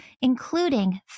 including